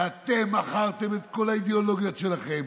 ואתם מכרתם את כל האידיאולוגיות שלכם